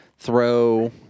Throw